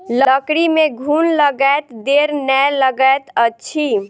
लकड़ी में घुन लगैत देर नै लगैत अछि